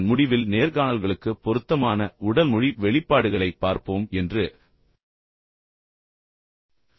அதன் முடிவில் நேர்காணல்களுக்கு பொருத்தமான உடல் மொழி வெளிப்பாடுகளைப் பார்ப்போம் என்று சொன்னேன்